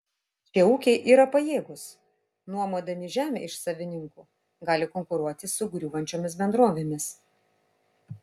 šie ūkiai yra pajėgūs nuomodami žemę iš savininkų gali konkuruoti su griūvančiomis bendrovėmis